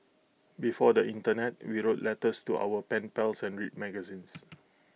before the Internet we wrote letters to our pen pals and read magazines